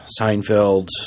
Seinfeld